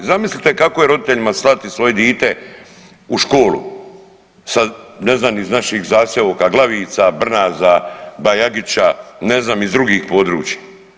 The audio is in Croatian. Zamislite, kako je roditeljima slati svoje dite u školu sa, ne znam, iz naših zaseoka, Glavica, Brnaza, Bajagića, ne znam, iz drugih područja.